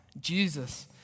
Jesus